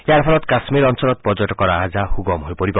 ইয়াৰ ফলত কাশ্মীৰ অঞ্চলত পৰ্যটকৰ আহ যাহ সুগম হৈ পৰিব